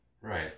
Right